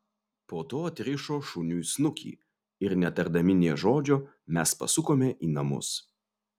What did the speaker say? po to atrišo šuniui snukį ir netardami nė žodžio mes pasukome į namus